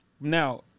Now